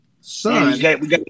son